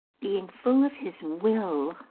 being full of his will,